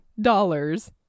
dollars